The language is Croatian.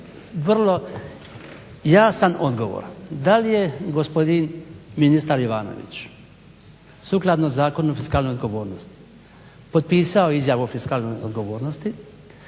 vrlo jasan odgovor, da li je gospodin ministar Jovanović sukladno Zakonu o fiskalnoj odgovornosti potpisao izjavu o fiskalnoj odgovornosti?